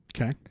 Okay